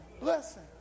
Listen